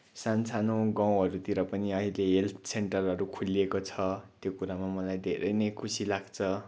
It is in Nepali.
सानोसानो गाउँहरूतिर पनि अहिले हेल्थ सेन्टरहरू खोलिएको छ त्यो कुरामा मलाई धेरै नै खुसी लाग्छ